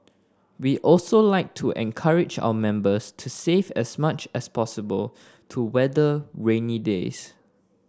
we also like to encourage our members to save as much as possible to weather rainy days